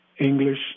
English